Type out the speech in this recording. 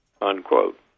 unquote